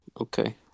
Okay